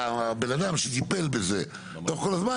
שבן האדם שטיפל הזה כל הזמן,